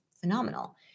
phenomenal